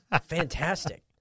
fantastic